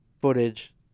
footage